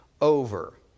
over